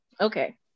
Okay